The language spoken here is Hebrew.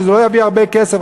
וזה לא יביא הרבה כסף,